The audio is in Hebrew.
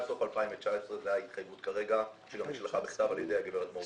סוף 2019 זאת ההתחייבות כרגע והיא גם נשלחה בכתב על ידי הגברת מור ברזני.